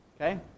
Okay